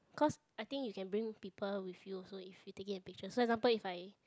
cause I think you can bring people with you so if you taking a picture so example if I